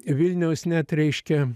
vilniaus net reiškia